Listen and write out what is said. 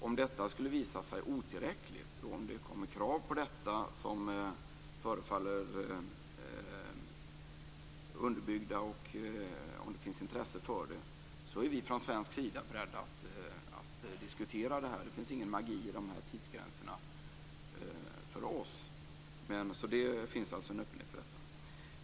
Om detta skulle visa sig otillräckligt, om det kommer krav på detta som förefaller underbyggda och om det finns intresse för det, är vi från svensk sida beredda att diskutera saken. Det finns ingen magi i de här tidsgränserna för oss. Det finns alltså en öppning för detta.